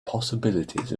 possibilities